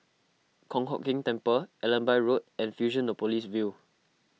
Kong Hock Keng Temple Allenby Road and Fusionopolis View